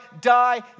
die